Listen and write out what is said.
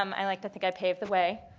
um i like to think i paved the way